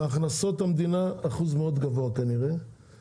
כנראה אחוז מאוד גבוה מהכנסות המדינה.